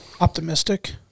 optimistic